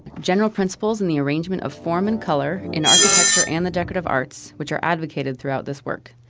general principals in the arrangement of form and color, in architecture and the decorative arts which are advocated throughout this work.